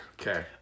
Okay